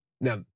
Now